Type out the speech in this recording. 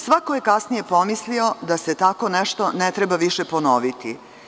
Svako je kasnije pomislio da se tako nešto ne treba više ponoviti.